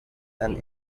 and